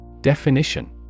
Definition